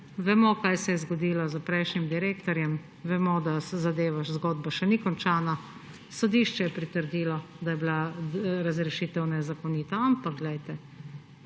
Vemo, kaj se je zgodilo s prejšnjim direktorjem, vemo, da zgodba še ni končana. Sodišče je pritrdilo, da je bila razrešitev nezakonita. Ampak glejte,